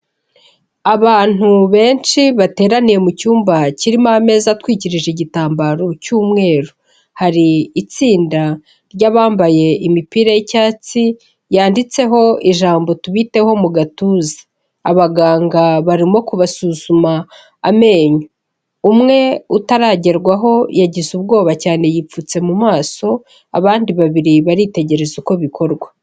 Abantu benshi bateraniye mu cyumba kirimo ameza atwikirije igitambaro cy'umweru. Hari itsinda ry'abambaye imipira y'icyatsi, yanditseho ijambo tubiteho mu gatuza. Abaganga barimo kubasuzuma amenyo. Umwe utaragerwaho yagize ubwoba cyane yipfutse mu maso, abandi babiri baritegereza uko bikorwa.